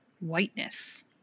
whiteness